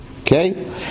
Okay